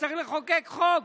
צריך לחוקק חוק,